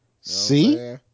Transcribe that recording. See